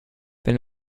wenn